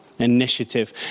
initiative